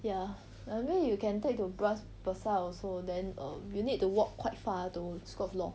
ya I mean you can take to bras basah also then um you need to walk quite far to school of law